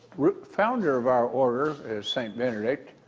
root founder of our order is st. benedict.